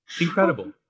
Incredible